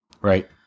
Right